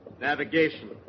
Navigation